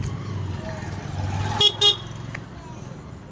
ಮೆಕ್ಕೆಜೋಳಾ ತೆನಿ ಬರಾಕ್ ಎಷ್ಟ ದಿನ ಬೇಕ್?